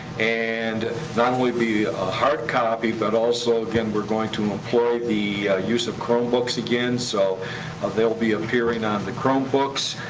and not only be a hard copy, but also, again, we're going to employ the use of chromebooks again, so they'll be appearing on the chromebooks.